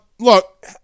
Look